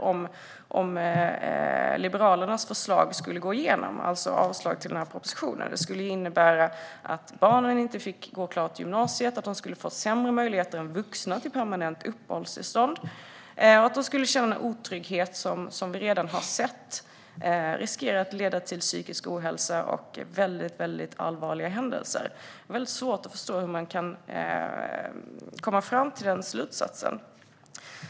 Om Liberalernas förslag skulle gå igenom, alltså avslag på den här propositionen, skulle det innebära att barnen inte fick gå klart gymnasiet, att de skulle få sämre möjligheter än vuxna till permanent uppehållstillstånd och att de skulle känna otrygghet, vilket vi redan har sett riskerar att leda till psykisk ohälsa och väldigt allvarliga händelser. Det är väldigt svårt att förstå hur man kan komma fram till denna ståndpunkt.